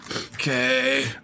Okay